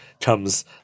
comes